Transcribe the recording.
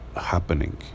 happening